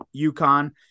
UConn